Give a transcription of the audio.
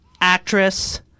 actress-